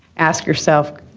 ask yourself,